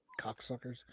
cocksuckers